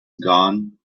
gone